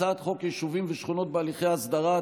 הצעת חוק יישובים ושכונות בהליכי הסדרה,